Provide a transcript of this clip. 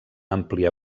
àmplia